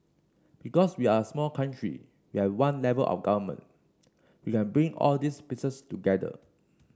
because we're a small country we have one level of government we can bring all these pieces together